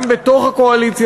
גם בתוך הקואליציה,